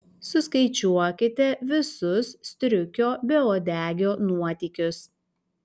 suskaičiuokite visus striukio beuodegio nuotykius